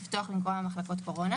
אני מביא עובדים ללילה,